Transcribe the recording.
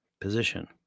position